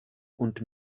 und